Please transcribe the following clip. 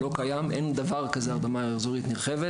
אין דבר כזה הרדמה אזורית נרחבת.